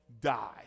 die